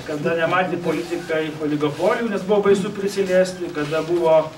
kada nematė politikai oligopolijų nes buvo baisu prisiliesti kada buvo